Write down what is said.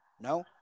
No